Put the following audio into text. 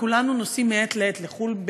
כולנו נוסעים מעת לעת לחו"ל,